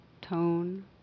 tone